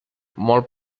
molt